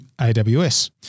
AWS